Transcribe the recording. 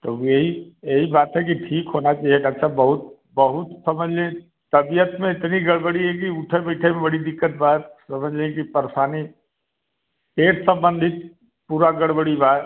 तो अब यही यही बात है कि ठीक होना चाहिए डाक साब बहुत बहुत समझ लीजिए तबियत में इतनी गड़बड़ी है कि उठै बैठै में बड़ी दिक्कत बा समझ लिजिए कि परेशानी पेट तो बंद ही पूरा गड़बड़ी बा